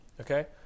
okay